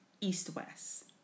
east-west